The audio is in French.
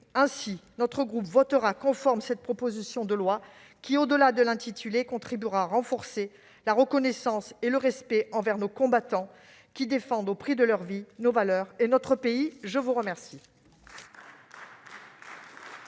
Ainsi, notre groupe votera conforme cette proposition de loi qui, au-delà de l'intitulé, contribuera à renforcer la reconnaissance et le respect envers nos combattants, qui défendent, au prix de leur vie, nos valeurs et notre pays. La parole